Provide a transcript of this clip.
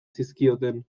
zizkioten